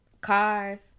cars